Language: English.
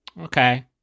Okay